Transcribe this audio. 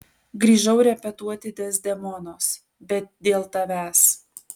grįžau repetuoti dezdemonos bet dėl tavęs